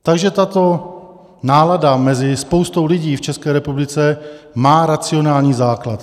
Takže tato náladu mezi spoustou lidí v České republice má racionální základ.